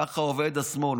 ככה עובד השמאל,